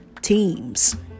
teams